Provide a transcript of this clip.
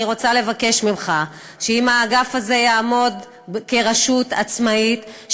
אני רוצה לבקש ממך שאם האגף הזה יעמוד כרשות עצמאית,